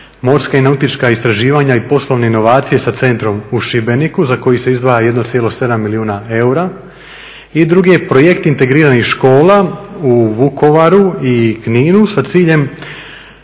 morska i nautička istraživanja i poslovne inovacije sa centrom u Šibeniku za koji se izdvaja 1,7 milijuna eura. I drugi je projekt integriranih škola u Vukovaru i Kninu sa ciljem